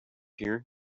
here